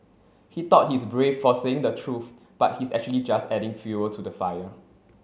he thought he's brave for saying the truth but he's actually just adding fuel to the fire